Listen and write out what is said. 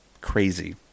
crazy